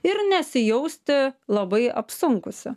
ir nesijausti labai apsunkusi